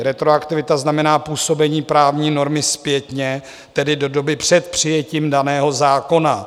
Retroaktivita znamená působení právní normy zpětně, tedy do doby před přijetím daného zákona.